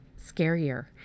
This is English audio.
scarier